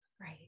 Right